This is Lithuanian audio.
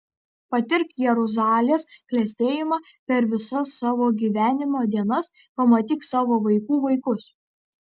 patirk jeruzalės klestėjimą per visas savo gyvenimo dienas pamatyk savo vaikų vaikus